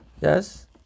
Yes